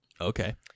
Okay